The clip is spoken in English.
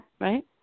right